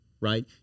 right